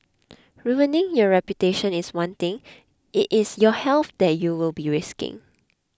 ruining your reputation is one thing it is your health that you will be risking